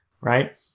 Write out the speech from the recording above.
Right